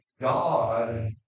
God